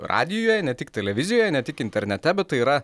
radijuje ne tik televizijoje ne tik internete bet tai yra